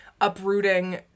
uprooting